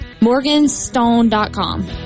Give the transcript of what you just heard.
Morganstone.com